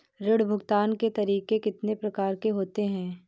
ऋण भुगतान के तरीके कितनी प्रकार के होते हैं?